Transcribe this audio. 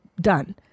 done